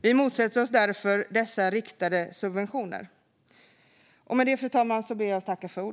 Vi motsätter oss därför dessa riktade subventioner.